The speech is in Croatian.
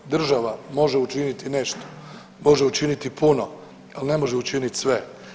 Država može učiniti nešto, može učiniti puno ali ne može učiniti sve.